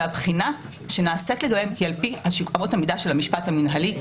והבחינה שנעשית לגביהם היא על פי אמות המידה של המשפט המינהלי.